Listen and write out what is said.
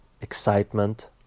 excitement